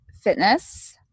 fitness